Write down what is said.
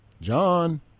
John